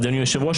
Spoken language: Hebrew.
אדוני היושב-ראש,